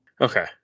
Okay